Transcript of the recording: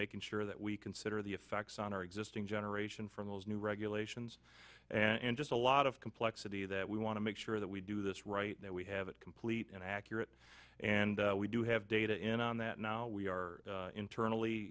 making sure that we consider the effects on our existing generation from those new regulations and just a lot of complexity that we want to make sure that we do this right that we have it complete and accurate and we do have data in on that now we are internally